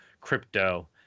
crypto